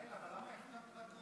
יעל, אבל למה יש רק אופוזיציה?